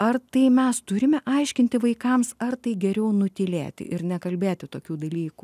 ar tai mes turime aiškinti vaikams ar tai geriau nutylėti ir nekalbėti tokių dalykų